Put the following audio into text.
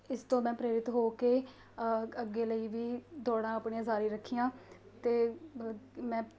ਇਸ ਤੋਂ ਮੈਂ ਪ੍ਰੇਰਿਤ ਹੋ ਕੇ ਅੱਗੇ ਲਈ ਵੀ ਦੌੜਾਂ ਆਪਣੀਆਂ ਜਾਰੀ ਰੱਖੀਆਂ ਅਤੇ ਮੈਂ